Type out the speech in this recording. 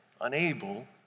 unable